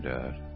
Dad